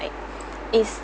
like is